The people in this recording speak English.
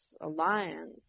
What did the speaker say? Alliance